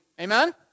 Amen